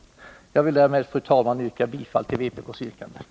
statsverksamheten, Jag vill därmed, fru talman, yrka bifall till yrkandet i vpk:s motion. m.m.